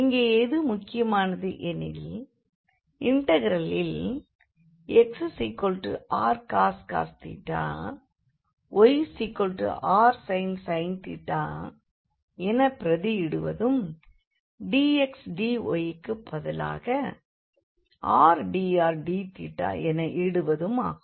இங்கே எது முக்கியமானது எனில் இண்டெக்ரலில் xrcos yrsin எனப் பிரதியிடுவதும் dx dyக்குப்பதிலாக rdrdθஎன இடுவதுமாகும்